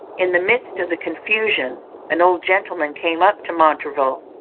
in the midst of the confusion an old gentleman came up to montraville,